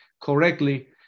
correctly